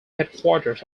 headquarters